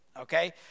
Okay